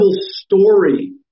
story